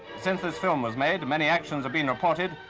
since this film was made, many actions were being reported,